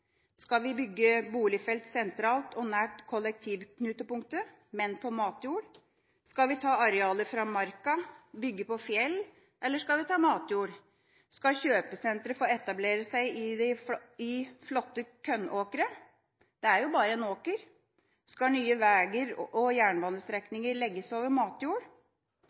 Skal vi bygge boligfelt sentralt og nær kollektivknutepunktet, men på matjord? Skal vi ta arealer fra marka, bygge på fjell, eller skal vi ta matjord? Skal kjøpesentre få etablere seg i flotte kornåkre? Det er jo bare en åker. Skal nye veier og jernbanestrekninger legges over matjord?